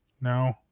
no